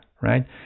right